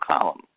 column